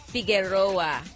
Figueroa